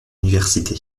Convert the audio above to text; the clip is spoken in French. université